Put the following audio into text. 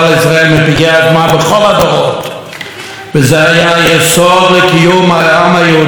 זה היה היסוד לקיום העם היהודי בכל הזמנים ובכל התקופות.